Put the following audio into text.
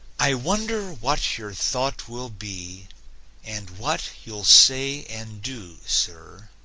i wonder what your thought will be and what you'll say and do, sir,